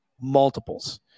multiples